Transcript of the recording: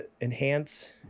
enhance